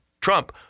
Trump